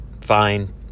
fine